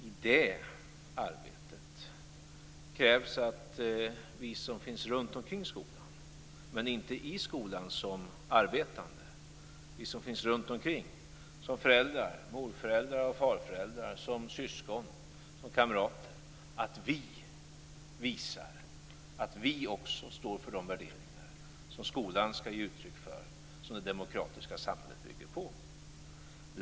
I detta arbete krävs att vi som finns runt omkring skolan men inte i skolan som arbetande - föräldrar, morföräldrar, farföräldrar, syskon och kamrater - visar att vi också står för de värderingar som skolan skall ge uttryck för och som det demokratiska samhället bygger på.